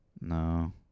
No